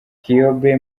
kiyobe